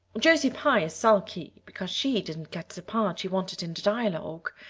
josie pye is sulky because she didn't get the part she wanted in the dialogue.